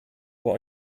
what